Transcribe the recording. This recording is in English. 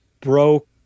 broke